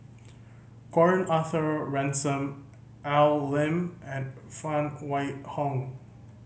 Gordon Arthur Ransome Al Lim and Phan Wait Hong